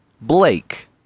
Blake